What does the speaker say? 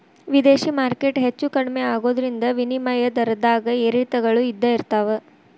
ವಿದೇಶಿ ಮಾರ್ಕೆಟ್ ಹೆಚ್ಚೂ ಕಮ್ಮಿ ಆಗೋದ್ರಿಂದ ವಿನಿಮಯ ದರದ್ದಾಗ ಏರಿಳಿತಗಳು ಇದ್ದ ಇರ್ತಾವ